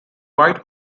white